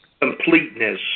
completeness